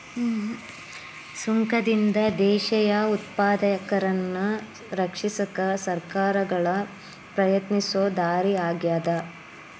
ಸುಂಕದಿಂದ ದೇಶೇಯ ಉತ್ಪಾದಕರನ್ನ ರಕ್ಷಿಸಕ ಸರ್ಕಾರಗಳ ಪ್ರಯತ್ನಿಸೊ ದಾರಿ ಆಗ್ಯಾದ